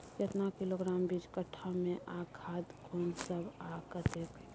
केतना किलोग्राम बीज कट्ठा मे आ खाद कोन सब आ कतेक?